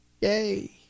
Yay